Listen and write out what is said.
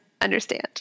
Understand